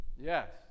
Yes